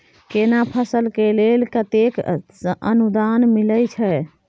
केना फसल के लेल केतेक अनुदान मिलै छै?